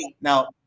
Now